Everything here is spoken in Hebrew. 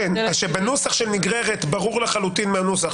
בנוסח של נגררת ברור לי לחלוטין מהנוסח.